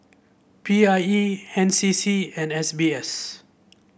P I E N C C and S B S